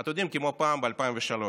אתם יודעים, כמו פעם, ב-2003.